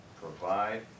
provide